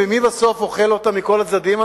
ומי בסוף אוכל אותה מכל הצדדים?